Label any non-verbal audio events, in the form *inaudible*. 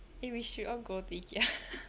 eh we should all go to ikea *laughs*